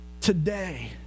Today